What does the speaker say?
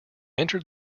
entered